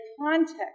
context